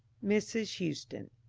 mrs. houstoun.